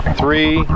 three